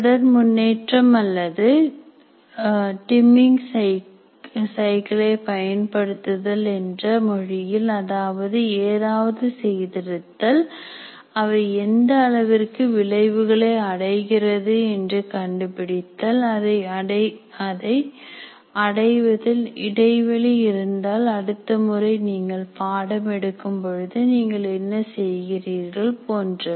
தொடர் முன்னேற்றம் அல்லது டிமிங் சைக்கிளை பயன்படுத்துதல் என்ற மொழியில் அதாவது ஏதாவது செய்திருத்தல் அவை எந்த அளவிற்கு விளைவுகளை அடைந்திருக்கிறது என்று கண்டுபிடித்தல் அதை அடைவதில் இடைவெளி இருந்தால் அடுத்த முறை நீங்கள் பாடம் எடுக்கும் பொழுது நீங்கள் என்ன செய்கிறீர்கள் போன்றவை